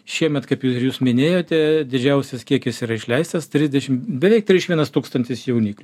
šiemet kaip ir jūs minėjote didžiausias kiekis yra išleistas trisdešim beveik trisdešim vienas tūkstantis jauniklių